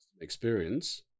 experience